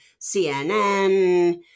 CNN